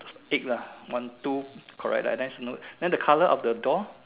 eight lah one two correct let's note and then the color of the door